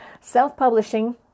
Self-publishing